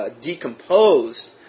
decomposed